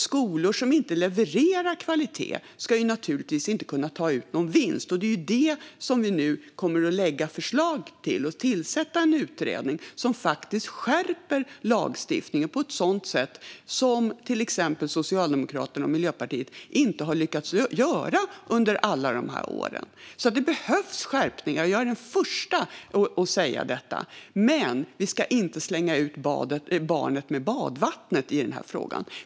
Skolor som inte levererar kvalitet ska naturligtvis inte kunna ta ut någon vinst, och det är det vi nu kommer att lägga fram förslag om. Vi kommer att tillsätta en utredning om att faktiskt skärpa lagstiftningen på ett sådant sätt som till exempel Socialdemokraterna och Miljöpartiet inte har lyckats göra under alla dessa år. Det behövs alltså skärpningar - jag är den första att säga det - men vi ska inte slänga ut barnet med badvattnet i den här frågan.